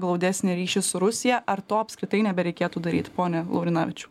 glaudesnį ryšį su rusija ar to apskritai nebereikėtų daryt pone laurinavičiau